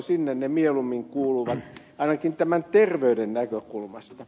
sinne ne mieluummin kuuluvat ainakin tämän terveyden näkökulmasta